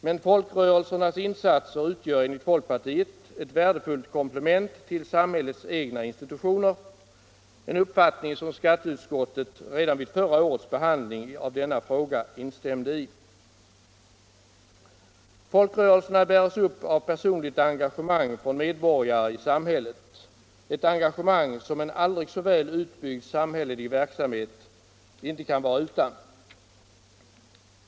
Men folkrörelsernas insatser utgör enligt folkpartiet ett vär — Avdrag vid indefullt komplement till samhällets egna institutioner, en uppfattning som <komstbeskattningen skatteutskottet redan vid förra årets behandling av denna fråga instämde = för gåvor till i allmännyttiga Folkrörelserna bäres upp av personligt engagemang från medborgare = ändamål i samhället, ett engagemang som en aldrig så väl utbyggd samhällelig verksamhet inte kan vara utan.